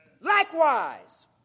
Likewise